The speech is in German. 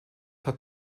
hat